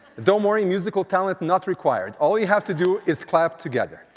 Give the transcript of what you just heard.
don't worry, musical talent not required. all you have to do is clap together.